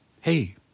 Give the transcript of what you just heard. Hey